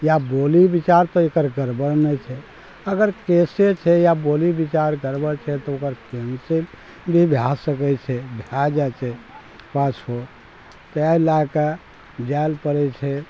या बोली विचार तऽ एकर गड़बड़ नहि छै अगर केसे छै या बोली विचार गड़बड़ छै तऽ ओकर कैंसिल भी भए सकय छै भए जाइ छै पासपोर्ट तै लए कऽ जाय लए पड़य छै